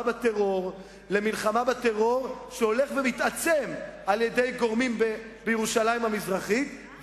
בטרור שהולך ומתעצם על-ידי גורמים בירושלים המזרחית,